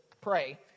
pray